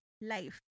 life